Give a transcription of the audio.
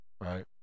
Right